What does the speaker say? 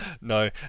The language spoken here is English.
No